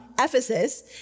Ephesus